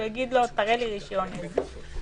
הוא יגיד לו תראה לי רישיון עסק.